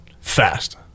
fast